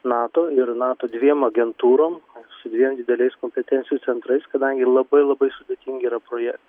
nato ir nato dviem agentūrom su dviem dideliais kompetencijų centrais kadangi labai labai sudėtingi yra projektai